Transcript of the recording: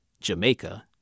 Jamaica